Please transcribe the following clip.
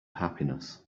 happiness